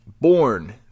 born –